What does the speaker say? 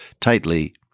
tightly